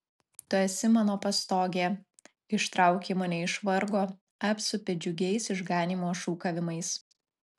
tu esi mano pastogė ištrauki mane iš vargo apsupi džiugiais išganymo šūkavimais